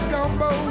Gumbo